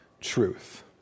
truth